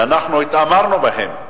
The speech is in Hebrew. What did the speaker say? שאנחנו התעמרנו בהן,